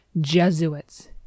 Jesuits